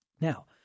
Now